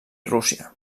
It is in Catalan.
rússia